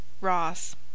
ross